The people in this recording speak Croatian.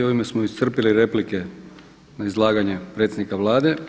Ovime smo iscrpili replike na izlaganje predsjednika Vlade.